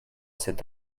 cet